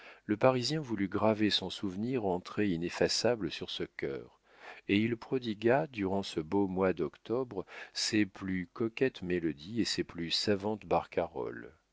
le parisien voulut graver son souvenir en traits ineffaçables sur ce cœur et il prodigua durant ce beau mois d'octobre ses plus coquettes mélodies et ses plus savantes barcaroles